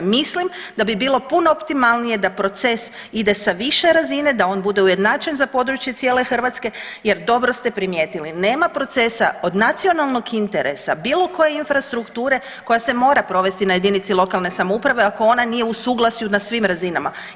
Mislim da bi bilo puno optimalnije da proces ide sa više razine, da on bude ujednačen za područje cijele Hrvatske jer dobro ste primijetili nema procesa od nacionalnog interesa bilo koje infrastrukture koja se mora provesti na JLS ako ona nije u suglasju na svim razinama.